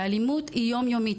והאלימות היא יום-יומית.